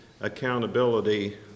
accountability